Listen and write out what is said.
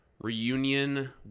Reunion